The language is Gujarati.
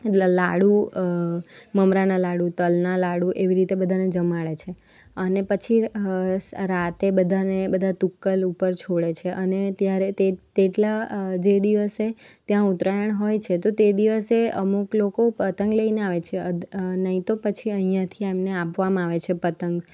લ લાડુ મમરાના લાડુ તલના લાડુ એવી રીતે બધાને જમાડે છે અને પછી રાતે બધાને બધા તુક્કલ ઉપર છોડે છે અને ત્યારે તે તે તેટલા જે દિવસે ત્યાં ઉત્તરાયણ હોય છે તો તે દિવસે અમુક લોકો પતંગ લઈને આવે છે નહીં તો પછી અહીંયાથી એમને આપવામાં આવે છે પતંગ